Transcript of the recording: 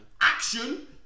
action